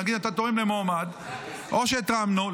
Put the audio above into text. נגיד אתה תורם למועמד --- זה הכיס שלהם.